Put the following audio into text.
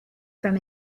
from